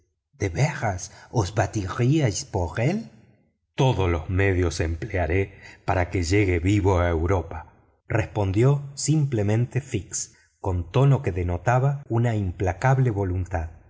de veras os batiríais con el todos los medios emplearé para que llegue vivo a europa respondió simplemente fix con tono que denotaba una implacable voluntad